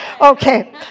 Okay